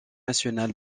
national